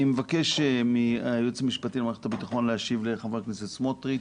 אני מבקש מהייעוץ המשפטי למערכת הביטחון להשיב לחבר הכנסת סמוטריץ',